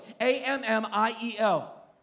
A-M-M-I-E-L